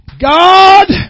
God